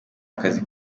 akazi